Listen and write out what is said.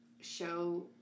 show